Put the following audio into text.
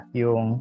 yung